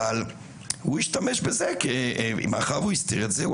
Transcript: אבל הוא השתמש בזה - מאחר והוא הסתיר את זה - הוא